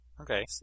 Okay